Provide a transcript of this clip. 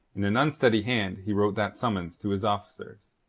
in an unsteady hand he wrote that summons to his officers.